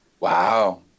Wow